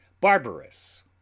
Barbarous